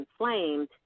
inflamed